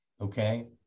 Okay